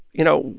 you know,